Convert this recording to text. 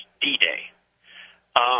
D-Day